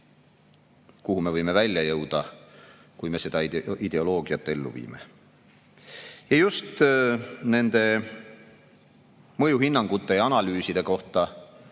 kuhu me võime välja jõuda, kui me seda ideoloogiat ellu viime. Just nende mõjuhinnangute ja analüüside kohta,